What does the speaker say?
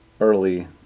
early